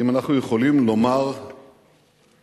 האם אנחנו יכולים לומר בבטחה